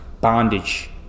bondage